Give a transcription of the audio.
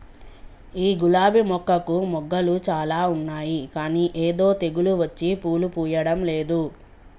ఈ గులాబీ మొక్కకు మొగ్గలు చాల ఉన్నాయి కానీ ఏదో తెగులు వచ్చి పూలు పూయడంలేదు